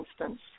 instance